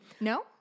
No